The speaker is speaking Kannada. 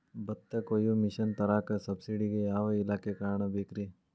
ಭತ್ತ ಕೊಯ್ಯ ಮಿಷನ್ ತರಾಕ ಸಬ್ಸಿಡಿಗೆ ಯಾವ ಇಲಾಖೆ ಕಾಣಬೇಕ್ರೇ?